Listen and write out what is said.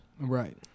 Right